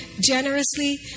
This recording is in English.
generously